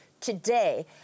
today